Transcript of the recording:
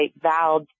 vowed